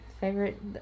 favorite